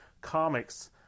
comics